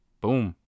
boom